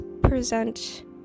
present